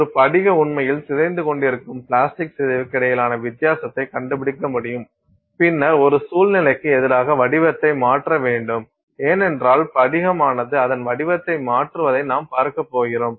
ஒரு படிக உண்மையில் சிதைந்து கொண்டிருக்கும் பிளாஸ்டிக் சிதைவுக்கு இடையிலான வித்தியாசத்தை கண்டுபிடிக்க முடியும் பின்னர் ஒரு சூழ்நிலைக்கு எதிராக வடிவத்தை மாற்ற வேண்டும் ஏனென்றால் படிகமானது அதன் வடிவத்தை மாற்றுவதை நாம் பார்க்கப் போகிறோம்